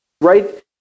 Right